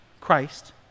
Christ